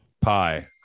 pie